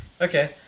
Okay